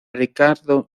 ricardo